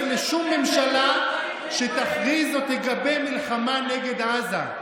לשום ממשלה שתכריז או תגבה מלחמה נגד עזה.